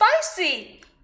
spicy